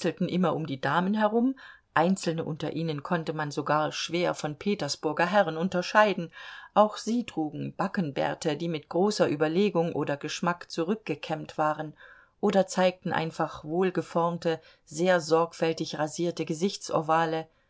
immer um die damen herum einzelne unter ihnen konnte man sogar schwer von petersburger herren unterscheiden auch sie trugen backenbärte die mit großer überlegung oder geschmack zurückgekämmt waren oder zeigten einfach wohlgeformte sehr sorgfältig rasierte gesichtsovale